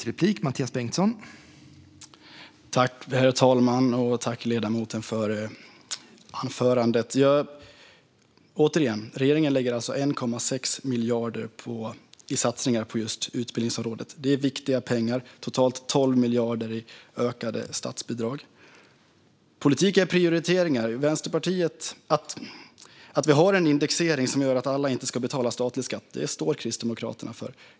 Herr talman! Tack, ledamoten, för anförandet! Regeringen lägger alltså 1,6 miljarder i satsningar på utbildningsområdet. Det är viktiga pengar, totalt 12 miljarder i ökade statsbidrag. Politik är prioriteringar. Att vi har en indexering som gör att alla inte betalar statlig skatt står Kristdemokraterna för.